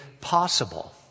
possible